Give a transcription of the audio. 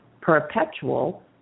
perpetual